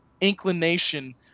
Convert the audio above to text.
inclination